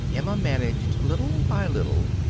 emma managed, little by little,